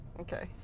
Okay